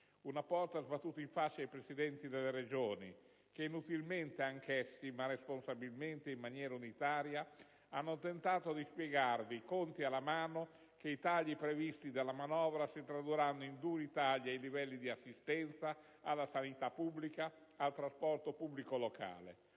Una porta sbattuta in faccia ai Presidenti delle Regioni, che inutilmente, anch'essi, ma responsabilmente ed in maniera unitaria hanno tentato di spiegarvi, conti alla mano, che i tagli previsti dalla manovra si tradurranno in duri tagli ai livelli di assistenza, alla sanità pubblica, al trasporto pubblico locale.